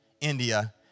India